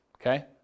Okay